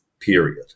period